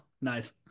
nice